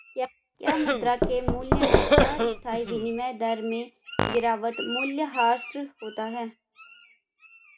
क्या मुद्रा के मूल्य में अस्थायी विनिमय दर में गिरावट मूल्यह्रास होता है?